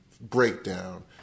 breakdown